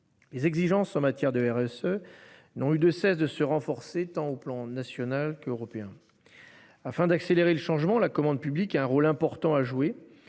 Les exigences en matière de RSE n'ont eu de cesse de se renforcer, tant au plan national qu'européen. Afin d'accélérer le changement la commande publique a un rôle important à jouer.